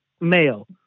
male